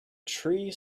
tree